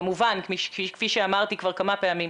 כפי שאמרתי כבר כמה פעמים,